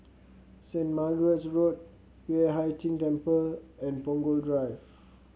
Saint Margaret's Road Yueh Hai Ching Temple and Punggol Drive